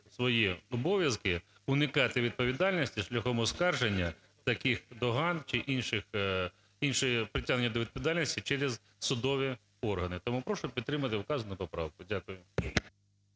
свої обов'язки, уникати відповідальності шляхом оскарження таких доган чи іншого притягнення до відповідальності через судові органи. Тому прошу підтримати вказану поправку. Дякую.